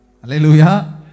Hallelujah